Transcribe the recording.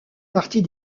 partie